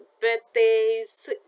birthdays